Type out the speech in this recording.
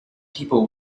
people